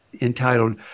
entitled